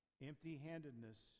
Empty-handedness